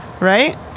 right